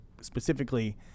specifically